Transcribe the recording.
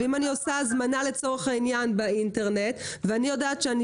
ואם אני עושה הזמנה לצורך העניין באינטרנט ואני יודעת שאני